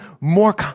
more